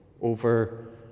over